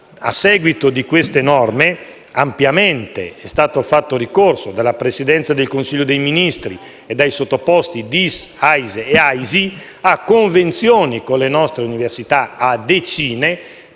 a seguito di queste norme, è stato fatto ampiamente ricorso dalla Presidenza del Consiglio dei ministri e dai sottoposti DIS, AISE e AISI, a convenzioni con le nostre università a decine,